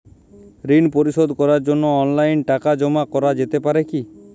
ঋন পরিশোধ করার জন্য অনলাইন টাকা জমা করা যেতে পারে কি?